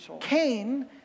Cain